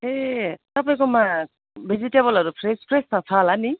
ए तपाईँकोमा भेजिटेबलहरू fresh fresh त छ होला नि